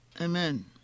amen